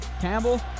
Campbell